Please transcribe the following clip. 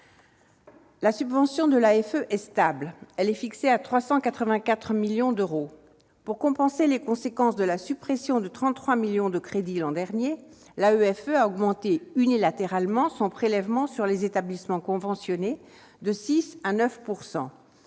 à l'étranger, l'AEFE, est stable. Elle est fixée à 384 millions d'euros. Pour compenser les conséquences de la suppression de 33 millions d'euros de crédits l'an dernier, l'AEFE a porté unilatéralement son prélèvement sur les établissements conventionnés de 6 % à 9 %